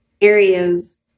areas